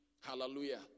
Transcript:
Hallelujah